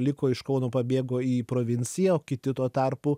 liko iš kauno pabėgo į provinciją o kiti tuo tarpu